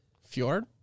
Fjord